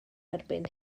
erbyn